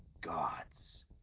gods